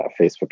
Facebook